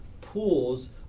pools